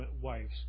wives